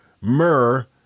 myrrh